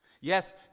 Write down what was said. Yes